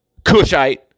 Kushite